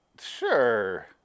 sure